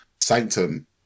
Sanctum